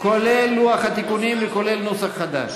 כולל לוח התיקונים וכולל נוסח חדש.